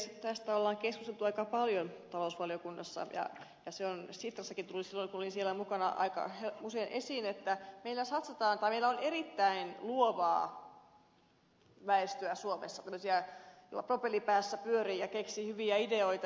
tästä on keskusteltu aika paljon talousvaliokunnassa ja se tuli sitrassakin silloin kun olin siellä mukana aika usein esiin että meillä on erittäin luovaa väestöä suomessa tämmöisiä joilla propelli päässä pyörii ja jotka keksivät hyviä ideoita